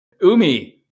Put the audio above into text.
Umi